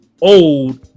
old